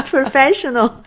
Professional